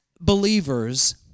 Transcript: believers